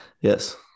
yes